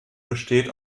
besteht